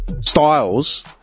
styles